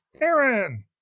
Aaron